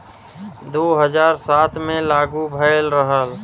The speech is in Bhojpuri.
दू हज़ार सात मे लागू भएल रहल